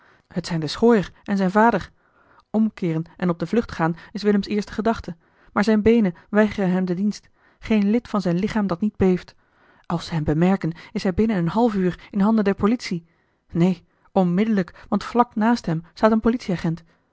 t zijn de schooier en zijn vader omkeeren en op de vlucht gaan is willems eerste gedachte maar zijne beenen weigeren hem den dienst geen lid van zijn lichaam dat niet beeft als ze hem bemerken is hij binnen een half uur in handen der politie neen onmiddellijk want vlak naast hem staat eli heimans willem roda een politieagent